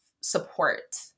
support